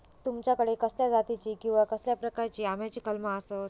तुमच्याकडे कसल्या जातीची किवा कसल्या प्रकाराची आम्याची कलमा आसत?